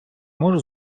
можу